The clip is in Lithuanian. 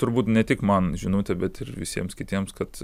turbūt ne tik man žinutė bet ir visiems kitiems kad